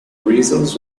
reasons